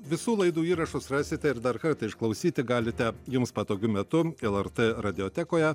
visų laidų įrašus rasite ir dar kartą išklausyti galite jums patogiu metu lrt radiotekoje